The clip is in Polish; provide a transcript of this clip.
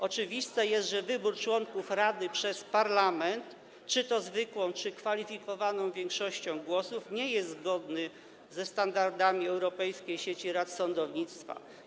Oczywiste jest, że wybór członków rady przez parlament, czy to zwykłą, czy kwalifikowaną większością głosów, nie jest zgodny ze standardami Europejskiej Sieci Rad Sądownictwa.